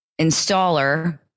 installer